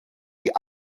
die